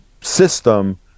system